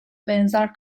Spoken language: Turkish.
benzer